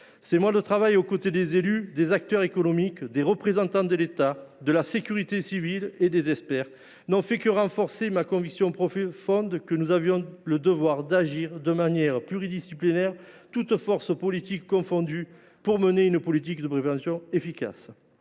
Ces mois de travail aux côtés des élus, des acteurs économiques, des représentants de l’État et de la sécurité civile et des experts n’ont fait que renforcer ma conviction profonde que nous avions le devoir d’agir dans une approche pluridisciplinaire, toutes forces politiques confondues, afin de mener une politique de prévention efficace.